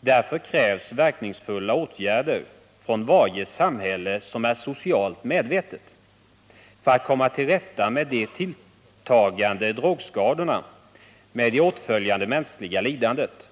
Därför krävs verkningsfulla åtgärder från varje samhälle som är socialt medvetet för att komma till rätta med de tilltagande drogskadorna med det åtföljande mänskliga lidandet.